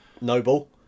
noble